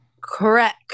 Correct